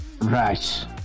Right